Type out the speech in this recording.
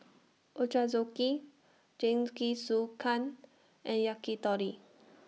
Ochazuke Jingisukan and Yakitori